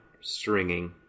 stringing